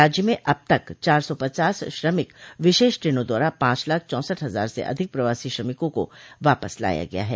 राज्य में अब तक चार सौ पचास श्रमिक विशेष ट्रेनों द्वारा पांच लाख चौंसठ हजार से अधिक प्रवासी श्रमिकों को वापस लाया गया है